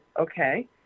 okay